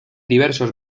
diversos